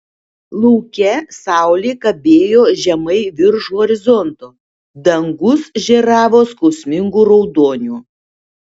lauke saulė kabėjo žemai virš horizonto dangus žėravo skausmingu raudoniu